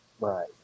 right